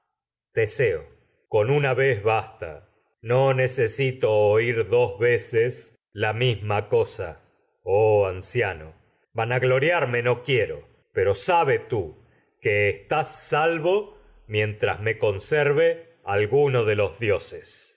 teseo con una vez basta necesito oír dos ve ces la misma cosa oh anciano vanagloriarme no quie ro pero sabe tú que estás salvo mientras me conserve lo debido desde muy alguno de los dioses